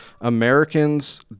Americans